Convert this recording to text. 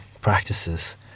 practices